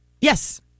Yes